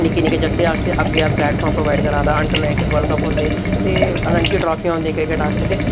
निक्के जागतें आस्तै अग्गै प्लैटफार्म प्रोवाइड करा दा अंडर नाइनटीन वर्ल्ड कप हुंदे ते रंजी ट्राफियां होंदि जां क्रिकेट आस्तै ते